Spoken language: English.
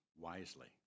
wisely